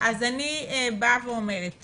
אני אומרת